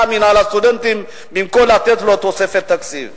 מינהל הסטודנטים במקום לתת לו תוספת תקציב?